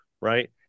right